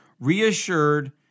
reassured